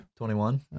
21